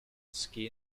skin